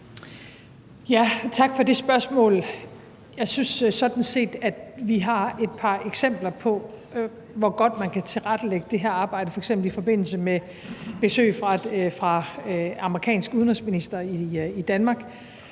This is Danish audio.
Tak for det spørgsmål. Jeg synes sådan set vi har et par eksempler på, hvor godt man kan tilrettelægge det her arbejde. Det sker f.eks. i forbindelse med besøg af den amerikanske udenrigsminister i Danmark,